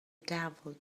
devil